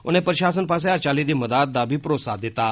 उनें प्रषासन पास्सेआ हर चाल्ली दी मदाद दा बी भरोसा दित्ता